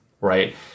right